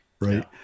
right